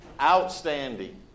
outstanding